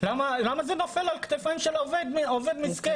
למה זה נופל על כתפיים של עובד מסכן?